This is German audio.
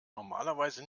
normalerweise